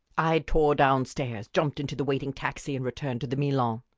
i tore downstairs, jumped into the waiting taxi and returned to the milan.